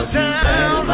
down